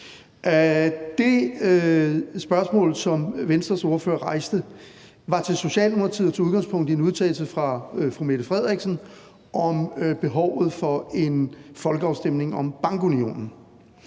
Det spørgsmål, som Venstres ordfører rejste, var til Socialdemokratiet og tog udgangspunkt i en udtalelse fra statsministeren om behovet for en folkeafstemning om bankunionen,